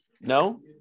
No